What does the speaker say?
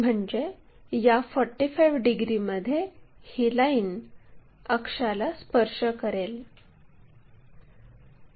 म्हणजे या 45 डिग्रीमध्ये ही लाईन अक्षाला स्पर्श करेल